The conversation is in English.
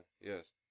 yes